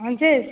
ହଁ ଯେ